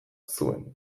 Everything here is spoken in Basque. zuen